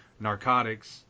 narcotics